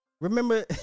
Remember